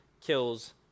kills